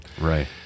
right